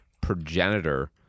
progenitor